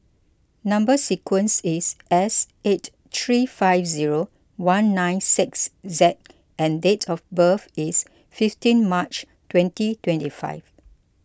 Number Sequence is S eight three five zero one nine six Z and date of birth is fifteen March twenty twenty five